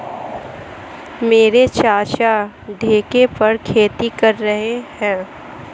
मेरे चाचा ठेके पर खेती कर रहे हैं